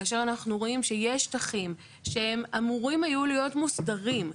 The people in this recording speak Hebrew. כאשר אנחנו רואים שיש שטחים שהם אמורים היו להיות מוסדרים,